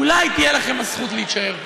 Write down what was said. אולי תהיה לכם הזכות להישאר פה.